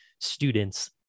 students